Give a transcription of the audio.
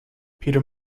peter